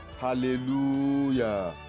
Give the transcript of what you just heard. Hallelujah